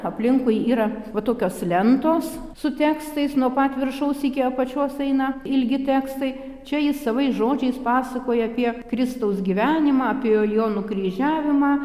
aplinkui yra va tokios lentos su tekstais nuo pat viršaus iki apačios eina ilgi tekstai čia jis savais žodžiais pasakoja apie kristaus gyvenimą apie jo nukryžiavimą